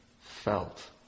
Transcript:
felt